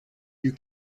you